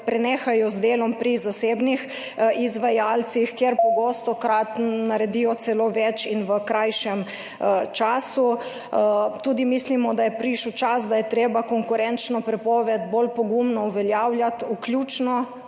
prenehajo z delom pri zasebnih izvajalcih, kjer pogostokrat naredijo celo več in v krajšem času. Mislimo tudi, da je prišel čas, da je treba konkurenčno prepoved bolj pogumno uveljavljati, vključno